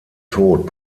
tod